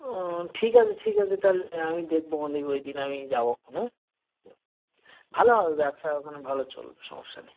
ও ঠিক আছে ঠিক আছে তাহলে আমি দেখব মানে ওই দিন আমি যাবখন হ্যাঁ ভালো হবে ব্যবসা ওখানে ভালো চলবে সমস্যা নেই